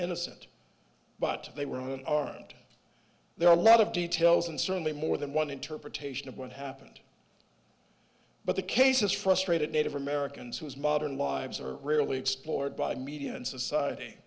innocent but they were armed there are a lot of details and certainly more than one interpretation of what happened but the case has frustrated native americans whose modern lives are rarely explored by media and society